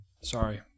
Sorry